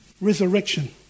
Resurrection